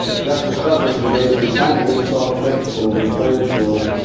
justice douglas in gray v. sanders saw fit to refer to